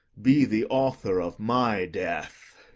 be the author of my death.